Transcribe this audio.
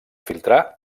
filtrar